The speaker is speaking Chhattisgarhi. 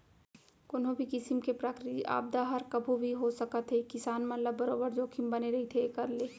कोनो भी किसिम के प्राकृतिक आपदा हर कभू भी हो सकत हे किसान मन ल बरोबर जोखिम बने रहिथे एखर ले